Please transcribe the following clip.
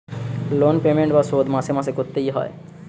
loan payment বা শোধ মাসে মাসে করতে এ হয়